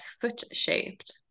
foot-shaped